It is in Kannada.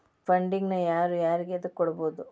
ಫಂಡಿಂಗ್ ನ ಯಾರು ಯಾರಿಗೆ ಎದಕ್ಕ್ ಕೊಡ್ಬೊದು?